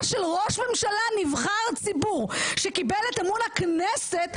של ראש ממשלה נבחר ציבור שקיבל את אמון הכנסת,